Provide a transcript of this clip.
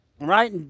Right